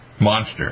monster